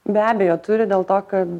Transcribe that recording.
be abejo turi dėl to kad